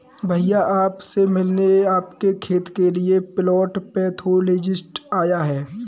भैया आप से मिलने आपके खेत के लिए प्लांट पैथोलॉजिस्ट आया है